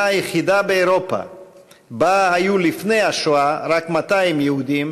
היחידה באירופה שלפני השואה היו בה רק 200 יהודים,